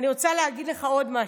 אני רוצה להגיד לך עוד משהו: